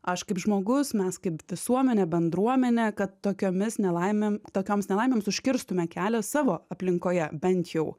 aš kaip žmogus mes kaip visuomenė bendruomenė kad tokiomis nelaimėm tokioms nelaimėms užkirstume kelią savo aplinkoje bent jau